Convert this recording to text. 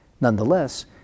Nonetheless